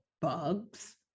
bugs